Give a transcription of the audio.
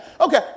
okay